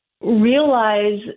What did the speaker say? realize